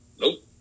Nope